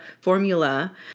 formula